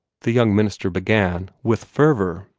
the young minister began, with fervor.